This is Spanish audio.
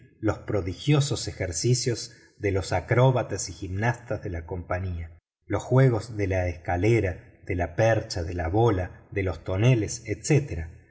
los prodigiosos ejercicios de los acróbatas y gimnastas de la compañía los juegos de la escalera de la percha de la bola de los toneles